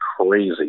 crazy